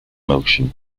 motion